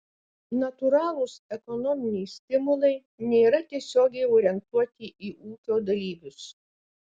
natūralūs ekonominiai stimulai nėra tiesiogiai orientuoti į ūkio dalyvius